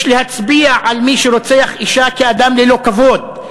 יש להצביע על מי שרוצח אישה כעל אדם ללא כבוד,